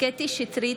קטי קטרין שטרית,